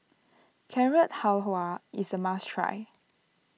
Carrot Halwa is a must try